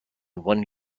one